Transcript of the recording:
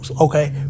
Okay